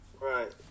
Right